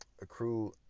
accrue